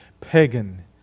pagan